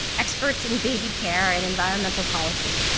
experts in baby care and environmental policy.